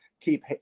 keep